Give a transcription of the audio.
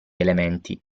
elementi